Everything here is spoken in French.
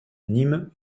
nîmes